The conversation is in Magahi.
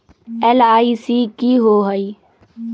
एल.आई.सी की होअ हई?